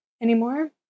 anymore